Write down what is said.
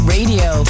Radio